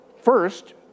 First